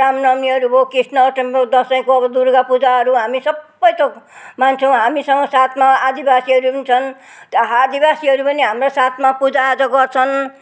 राम नवमीहरू भयो कृष्ण अस्टमी भयो दसैँको अब दुर्गा पूजाहरू हामी सब थोक मान्छौँ हामीसँग साथमा आदिवासीहरू छन् आदिवासीहरू पनि हाम्रो साथमा पूजा आजा गर्छन्